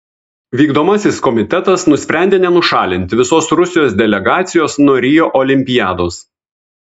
vykdomasis komitetas nusprendė nenušalinti visos rusijos delegacijos nuo rio olimpiados